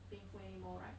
painful anymore right